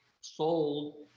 sold